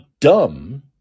dumb